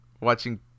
watching